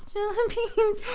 Philippines